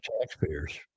taxpayers